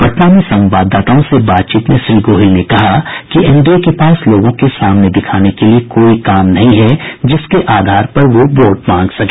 पटना में संवाददाताओं से बातचीत में श्री गोहिल ने कहा कि एनडीए के पास लोगों के सामने दिखाने के लिए कोई काम नहीं है जिसके आधार पर वो वोट मांग सके